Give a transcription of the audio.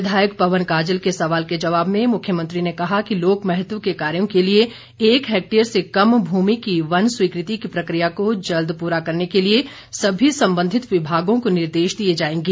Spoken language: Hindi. विधायक पवन काजल के सवाल के जवाब में मुख्यमंत्री ने कहा कि लोक महत्व के कार्यों के लिए एक हैक्टेयर से कम भूमि की वन स्वीकृति की प्रक्रिया को जल्द पूरा करने के लिए सभी संबंधित विभागों को निर्देश दिए जाएंगे